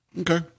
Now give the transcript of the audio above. Okay